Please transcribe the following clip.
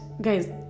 guys